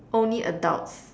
only adults